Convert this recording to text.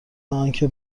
انکه